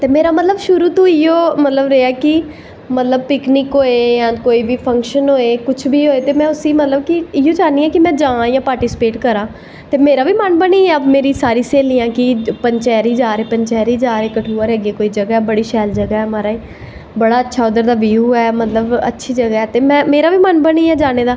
ते मेरा मतलव शुरु तों इयै रेहा कि मतलव पिकनिक होए जां कुश बी होए कुश बी होऐ ते में उसी मतलव के में इयो चाह्न्नी आं कि में पार्टिसिपेट करां कुते मेरा बी मन बनी जा कि सारियां स्हेलियां पंचैरी जा दे पंचैरी जा दे अग्गैं कोई जगह् ऐ बड़ी शैल जगह् ऐ माराज़ बड़ा अच्छा उध्दर दा ब्यू ऐ मतलव बड़ी अच्छी जगाह् ऐ ते मेरा बी मन बनी 'जा जानें दा